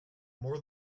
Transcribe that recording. more